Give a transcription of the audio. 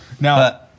Now